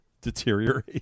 deteriorate